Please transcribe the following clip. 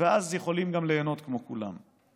ואז יכולים גם ליהנות כמו כולם.